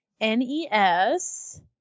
NES